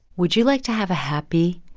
would you like to have a happy,